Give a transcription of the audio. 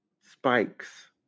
spikes